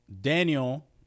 Daniel